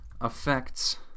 affects